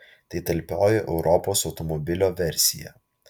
tai talpioji europos automobilio versija